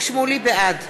בעד